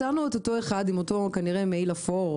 מצאנו את אותו אחד עם אותו מעיל אפור,